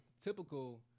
typical